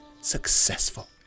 successful